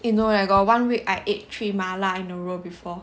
you know right got one week I ate three 麻辣 in a row before